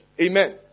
Amen